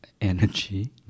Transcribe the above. energy